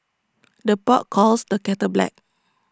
the pot calls the kettle black